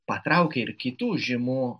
patraukė ir kitų žymių